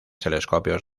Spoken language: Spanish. telescopios